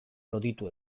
loditu